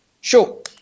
Sure